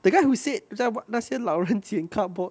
the guy who said 在外那些老人捡 cardboard